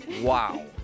Wow